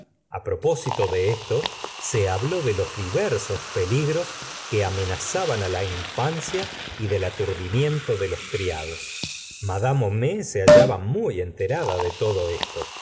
a propósito la señora de bovary de esto se habló de los diversos peligros que amenazaban la infancia y del aturdimiento de los criados mad homais se hallaba muy enterada de todo esto